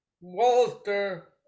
Walter